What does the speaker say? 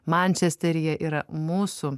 mančesteryje yra mūsų